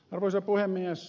arvoisa puhemies